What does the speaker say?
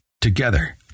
Together